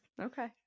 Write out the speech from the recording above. Okay